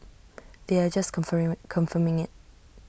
they are just confirm confirming IT